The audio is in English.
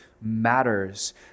matters